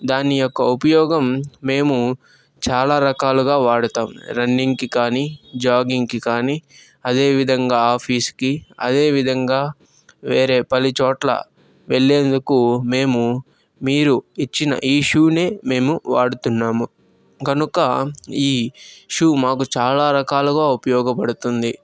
దాని యొక్క ఉపయోగం మేము చాలా రకాలుగా వాడుతాం రన్నింగ్కి కానీ జాగింగ్కి కానీ అదేవిధంగా ఆఫీస్కి అదేవిధంగా వేరే పనిచోట్ల వెళ్లేందుకు మేము మీరు ఇచ్చిన ఈ షూనే మేము వాడుతున్నాము గనుక ఈ షూ మాకు చాలా రకాలుగా ఉపయోగపడుతుంది